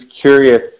curious